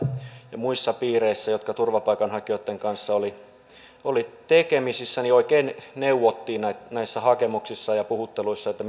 ja muissa piireissä jotka turvapaikanhakijoitten kanssa olivat tekemisissä oikein neuvottiin näissä hakemuksissa ja puhutteluissa että